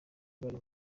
bari